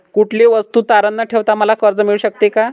कुठलीही वस्तू तारण न ठेवता मला कर्ज मिळू शकते का?